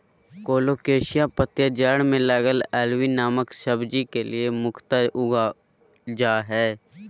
colocasia पत्तियां जड़ में लगल अरबी नामक सब्जी के लिए मुख्यतः उगाल जा हइ